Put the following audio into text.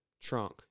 trunk